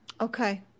Okay